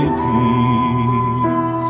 peace